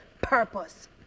purpose